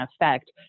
effect